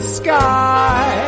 sky